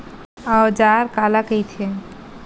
औजार काला कइथे?